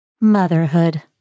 Motherhood